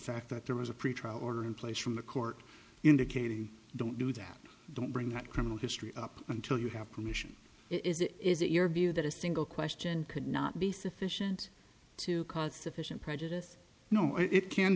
fact that there was a pretrial order in place from the court indicating don't do that don't bring that criminal history up until you have permission is it is it your view that a single question could not be sufficient to cause sufficient prejudice no it